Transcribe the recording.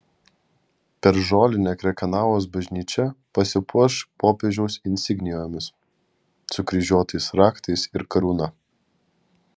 per žolinę krekenavos bažnyčia pasipuoš popiežiaus insignijomis sukryžiuotais raktais ir karūna